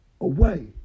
away